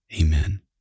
Amen